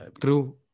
True